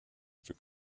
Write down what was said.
river